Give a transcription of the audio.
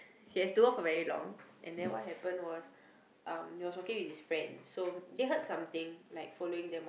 he have to walk for every long and then what happened was uh he was walking with his friend so they heard something like following them